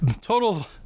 total